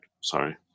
sorry